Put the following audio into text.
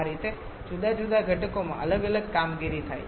આ રીતે જુદા જુદા ઘટકોમાં અલગ અલગ કામગીરી થાય છે